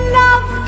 love